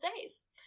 days